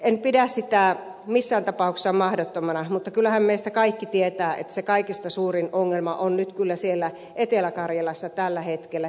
en pidä sitä missään tapauksessa mahdottomana mutta kyllähän meistä kaikki tietävät että se kaikista suurin ongelma on nyt siellä etelä karjalassa tällä hetkellä